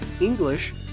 English